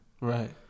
Right